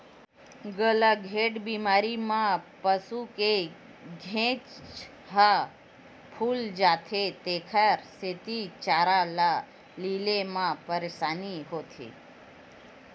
गलाघोंट बेमारी म पसू के घेंच ह फूल जाथे तेखर सेती चारा ल लीले म परसानी होथे